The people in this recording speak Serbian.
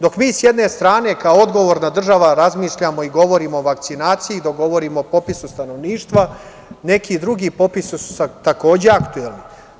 Dok mi sa jedne strane kao odgovorna država razmišljamo i govorimo o vakcinaciji, dok govorimo o popisu stanovništva, neki drugi popisi su takođe aktuelni.